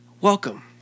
welcome